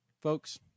folks